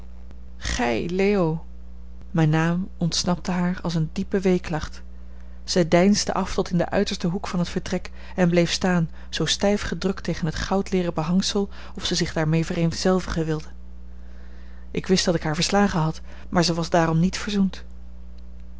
gij leo mijn naam ontsnapte haar als een diepe weeklacht zij deinsde af tot in den uitersten hoek van het vertrek en bleef staan zoo stijf gedrukt tegen het goudleeren behangsel of zij zich daarmee vereenzelvigen wilde ik wist dat ik haar verslagen had maar zij was daarom niet verzoend